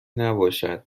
نباشد